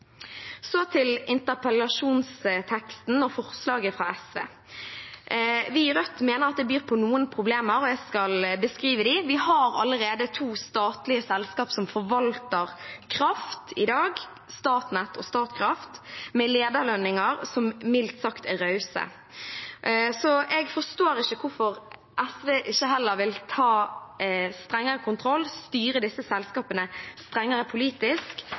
Så til interpellasjonsteksten og forslaget fra SV: Vi i Rødt mener at det byr på noen problemer, og jeg skal beskrive dem. Vi har allerede to statlige selskaper som forvalter kraft i dag, Statnett og Statkraft, med lederlønninger som mildt sagt er rause, så jeg forstår ikke hvorfor SV ikke heller vil ta strengere kontroll og styre disse selskapene strengere politisk